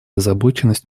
озабоченность